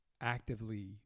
actively